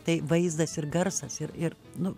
tai vaizdas ir garsas ir ir nu